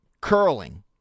curling